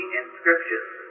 inscriptions